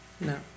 No